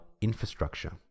infrastructure